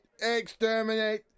Exterminate